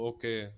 Okay